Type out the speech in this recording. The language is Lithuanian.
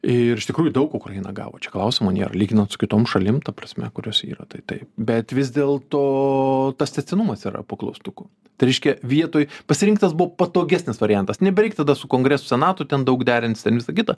ir iš tikrųjų daug ukraina gavo čia klausimo nėra lyginant su kitom šalim ta prasme kurios yra tai taip bet vis dėl to tas tęstinumas yra po klaustuku tai reiškia vietoj pasirinktas buvo patogesnis variantas nebereik tada su kongresu senatu ten daug derintis ten visa kita